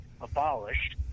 abolished